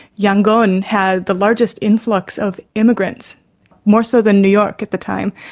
yangon had the largest influx of immigrants more so than new york at the time.